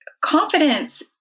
confidence